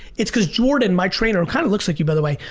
it's cause jordan, my trainer, who kinda looks like you by the way,